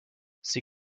sie